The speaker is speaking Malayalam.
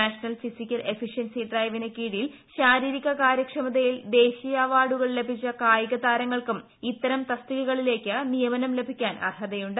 നാഷണൽ ഫിസിക്കൽ എഫിഷ്യൻസി ഡ്രൈവിന് കീഴിൽ ശാരീരിക കാര്യക്ഷമതയിൽ ദേശീയ അവാർഡുകൾ ലഭിച്ച കായികതാരങ്ങൾക്കും ഇത്തരം തസ്തികകളിലേക്ക് നിയമനം ലഭിക്കാൻ അർഹതയുണ്ട്